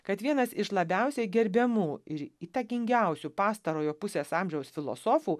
kad vienas iš labiausiai gerbiamų ir įtakingiausių pastarojo pusės amžiaus filosofų